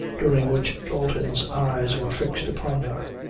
during which dalton's eyes were fixed upon her.